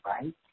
Right